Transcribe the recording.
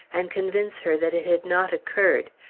and convince her that it had not occurred,